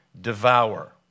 devour